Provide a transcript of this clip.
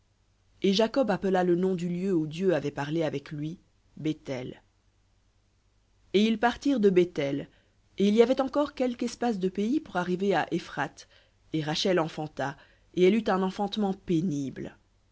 et jacob appela le nom du lieu où dieu avait parlé avec lui béthel v et ils partirent de béthel et il y avait encore quelque espace de pays pour arriver à éphrath et rachel enfanta et elle eut un enfantement pénible